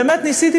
באמת ניסיתי,